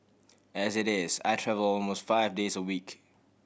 as it is I travel almost five days a week